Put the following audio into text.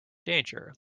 danger